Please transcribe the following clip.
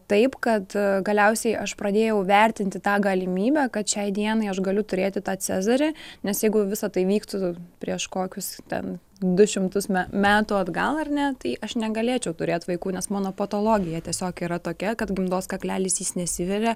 taip kad galiausiai aš pradėjau vertinti tą galimybę kad šiai dienai aš galiu turėti tą cezarį nes jeigu visa tai vyktų prieš kokius ten du šimtus metų atgal ar ne tai aš negalėčiau turėt vaikų nes mano patologija tiesiog yra tokia kad gimdos kaklelis jis nesiveria